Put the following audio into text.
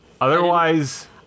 Otherwise